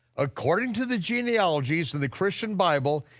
according to the genealogies in the christian bible,